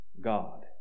God